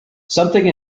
something